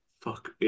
fuck